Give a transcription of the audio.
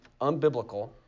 unbiblical